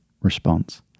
response